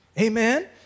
Amen